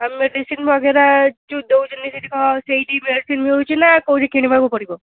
ଆଉ ମେଡ଼ିସିନ୍ ବଗେରା ଯେଉଁ ଦେଉଛନ୍ତି ସେଠି କ'ଣ ସେଇଠି ମେଡ଼ିସିନ୍ ମିଳୁଛି ନା କେଉଁଠି କିଣିବାକୁ ପଡ଼ିବ